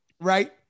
right